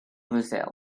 brazil